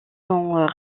sont